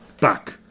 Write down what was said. back